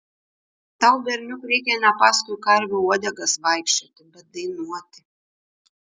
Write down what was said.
tau berniuk reikia ne paskui karvių uodegas vaikščioti bet dainuoti